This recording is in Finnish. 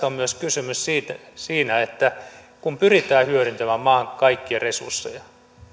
on kysymys myös siitä että kun pyritään hyödyntämään maan kaikkia resursseja